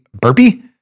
burpee